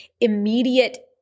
immediate